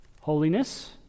Holiness